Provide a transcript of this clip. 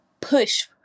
push